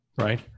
right